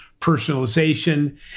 personalization